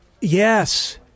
yes